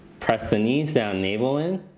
press the knees down, navel in.